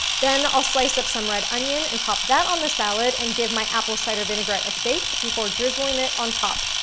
then, i'll slice up some red onion and top that on the salad and give my apple cider vinaigrette a shake before drizzling it on top.